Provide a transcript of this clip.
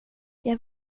jag